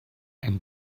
and